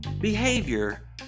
behavior